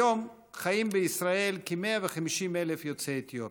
היום חיים בישראל כ-150,000 יוצאי אתיופיה.